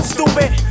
Stupid